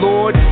Lord